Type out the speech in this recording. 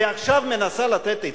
ועכשיו מנסה לתת עצות,